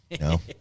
No